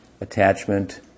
attachment